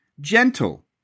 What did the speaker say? gentle